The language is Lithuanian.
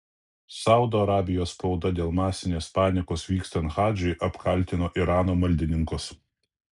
saudo arabijos spauda dėl masinės panikos vykstant hadžui apkaltino irano maldininkus